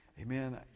amen